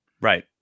Right